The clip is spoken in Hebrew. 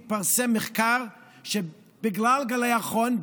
התפרסם מחקר שבגלל גלי החום,